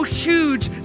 huge